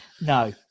no